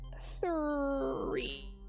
three